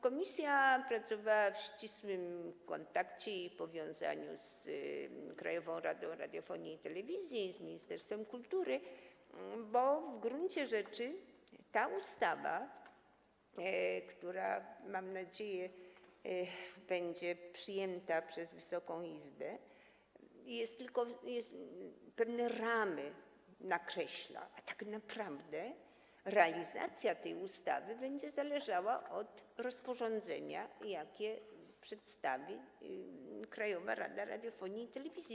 Komisja pracowała w ścisłym kontakcie i powiązaniu z Krajową Radą Radiofonii i Telewizji oraz ministerstwem kultury, bo w gruncie rzeczy ta ustawa - mam nadzieję, że będzie przyjęta przez Wysoką Izbę - nakreśla tylko pewne ramy, a tak naprawdę jej realizacja będzie zależała od rozporządzenia, jakie przedstawi Krajowa Rada Radiofonii i Telewizji.